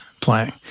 playing